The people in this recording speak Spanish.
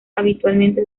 habitualmente